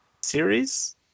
series